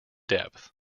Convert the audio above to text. depth